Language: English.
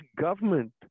government